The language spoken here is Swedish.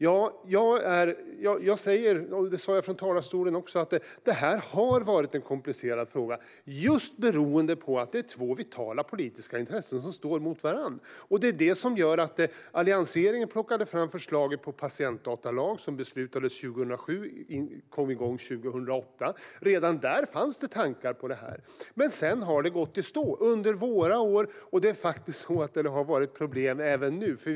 Jag säger - det sa jag i talarstolen också - att det här har varit en komplicerad fråga, just beroende på att det är två vitala politiska intressen som står mot varandra. Alliansregeringen tog fram förslaget till patientdatalag som beslutades 2007 och kom igång 2008. Redan där fanns det tankar på det här. Men sedan gick det i stå under våra år, och det har faktiskt varit problem även nu.